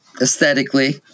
aesthetically